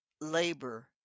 labor